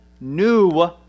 new